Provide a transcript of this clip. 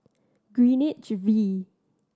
Greenwich V